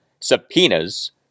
subpoenas